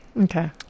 Okay